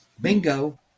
Bingo